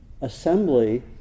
assembly